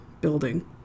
building